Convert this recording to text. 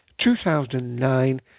2009